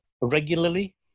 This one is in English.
regularly